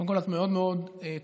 קודם כול, את מאוד מאוד צודקת.